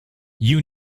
you